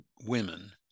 women